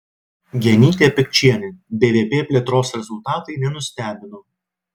genytė pikčienė bvp plėtros rezultatai nenustebino